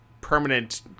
permanent